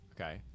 Okay